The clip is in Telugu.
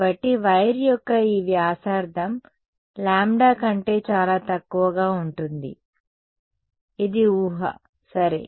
కాబట్టి వైర్ యొక్క ఈ వ్యాసార్థం లాంబ్డా కంటే చాలా తక్కువగా ఉంటుంది ఇది ఊహ సరే